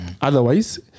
Otherwise